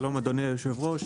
תודה אדוני היושב-ראש,